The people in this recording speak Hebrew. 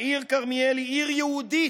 העיר כרמיאל היא עיר יהודית,